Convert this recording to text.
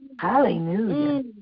Hallelujah